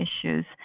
issues